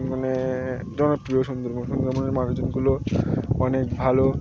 মানে জনপ্রিয় সুন্দরবন সুন্দরবনের মানুষজনগুলো অনেক ভালো